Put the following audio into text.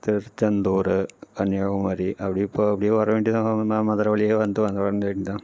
திருச்செந்தூர் கன்னியாகுமரி அப்படியே போய் அப்படியே வரவேண்டியது தான் நான் மதுரை வழியாக வந்து வந்துரவேண்டியது தான்